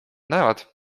näevad